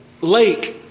lake